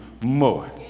more